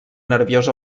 nerviós